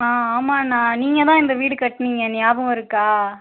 ஆ ஆமாண்ணா நீங்கள் தான் இந்த வீடு கட்டுனீங்க நியாபகம் இருக்கா